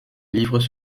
livres